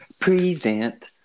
present